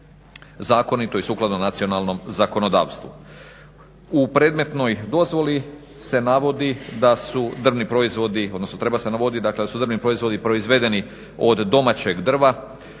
U predmetnoj dozvoli se navodi da su drvni proizvodi, odnosno treba